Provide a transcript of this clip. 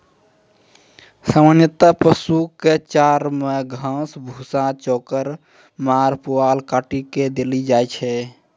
सामान्यतया पशु कॅ चारा मॅ घास, भूसा, चोकर, माड़, पुआल काटी कॅ देलो जाय छै